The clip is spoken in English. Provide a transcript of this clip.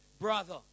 brother